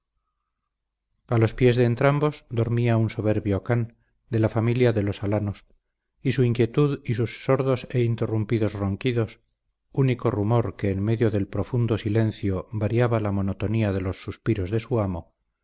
a los pies de entrambos dormía un soberbio can de la familia de los alanos y su inquietud y sus sordos e interrumpidos ronquidos único rumor que en medio del profundo silencio variaba la monotonía de los suspiros de su amo